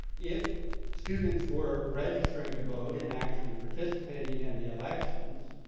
if students were registering to vote and actually participating in the elections,